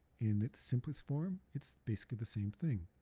in its simplest form it's basically the same thing.